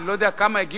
אני לא יודע כמה יגיעו,